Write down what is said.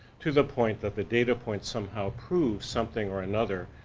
to the point that the data point somehow proves something or another,